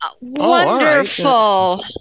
Wonderful